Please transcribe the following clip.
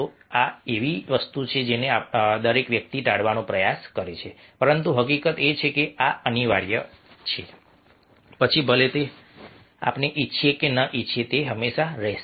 તો આ એવી વસ્તુ છે જેને દરેક વ્યક્તિ ટાળવાનો પ્રયાસ કરે છે પરંતુ હકીકત એ છે કે આ અનિવાર્ય છે પછી ભલે આપણે ઈચ્છીએ કે ન ઈચ્છીએ તે હંમેશા રહેશે